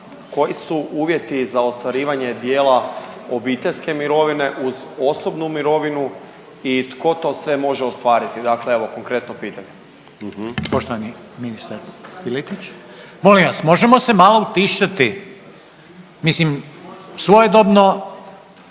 Koji su uvjeti za ostvarivanje dijela obiteljske mirovine uz osobnu mirovinu i tko to sve može ostvariti? Dakle, evo konkretno pitanje. **Reiner, Željko (HDZ)** Poštovani ministar Piletić. Molim vas možemo se malo utišati? Mislim svojedobno